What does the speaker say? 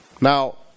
Now